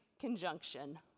conjunction